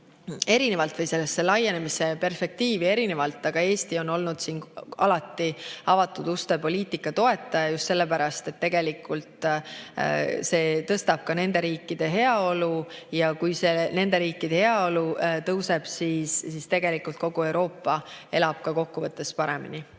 erinevalt, või sellesse laienemise perspektiivi, aga Eesti on alati olnud avatud uste poliitika toetaja just sellepärast, et tegelikult see tõstab ka nende riikide heaolu. Kui nende riikide heaolu tõuseb, siis kogu Euroopa elab kokkuvõttes paremini.